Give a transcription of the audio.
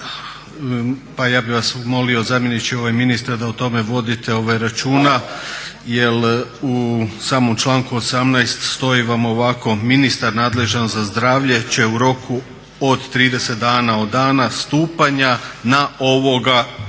pa ja bih vas molio zamjeniče ministra da o tome vodite računa jer u samom članku 18. stoji vam ovako: ministar nadležan za zdravlje će u roku od 30 dana od dana stupanja na ovoga zakona.